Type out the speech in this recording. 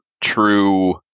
true